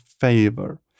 favor